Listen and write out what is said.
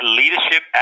leadership